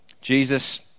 Jesus